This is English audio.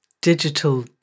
digital